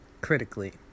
Critically